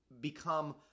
become